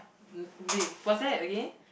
um babe what's there again